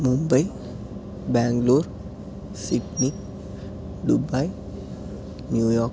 Mumbai Bangalore Sydney Dubai New York